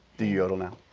do you yodel now?